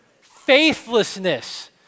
Faithlessness